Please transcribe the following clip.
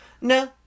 No